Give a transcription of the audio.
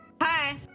Hi